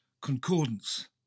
Concordance